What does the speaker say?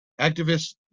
activists